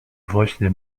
właśnie